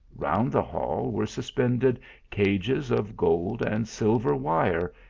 round the hall were suspended cages of gold and silver wire,